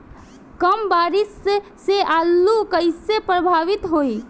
कम बारिस से आलू कइसे प्रभावित होयी?